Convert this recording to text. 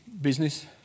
business